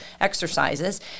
exercises